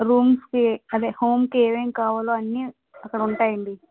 రూమ్స్కి అదే హోమ్కి ఏమేం కావాలో అన్నీ అక్కడ ఉంటాయండి